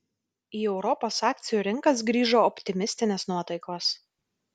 į europos akcijų rinkas grįžo optimistinės nuotaikos